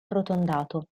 arrotondato